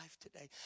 today